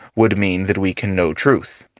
would mean that we can know truth.